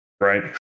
right